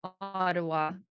Ottawa